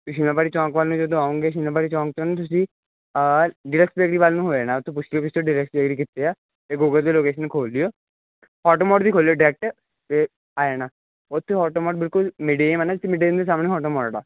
ਸ਼ਿਮਲਾਬਾਰੀ ਚੋਂਕ ਵੱਲ ਨੂੰ ਜਦੋਂ ਆਓਗੇ ਸ਼ਿਮਲਾਬਾਰੀ ਚੋਂਕ 'ਚੋਂ ਨਾ ਤੁਸੀਂ ਵੱਲ ਨੂੰ ਹੋ ਜਾਣਾ ਉੱਥੋਂ ਪੁੱਛ ਲਓ ਵੀ ਕਿੱਥੇ ਆ ਅਤੇ ਗੂਗਲ 'ਤੇ ਲੋਕੇਸ਼ਨ ਖੋਲ੍ਹ ਲਿਓ ਔਟੋਮੋਡ ਵੀ ਖੋਲ੍ਹ ਲਿਓ ਡਰੈਕਟ ਤਾਂ ਆ ਜਾਣਾ ਉੱਥੋਂ ਔਟੋਮੋਡ ਬਿਲਕੁਲ ਨੇੜੇ ਆ ਮਿਡੇਲਿਅਨ ਹੋਟਲ ਦੇ ਸਾਹਮਣੇ ਔਟੋਮੋਡ ਆ